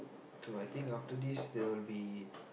so I think after this there will be